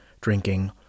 drinking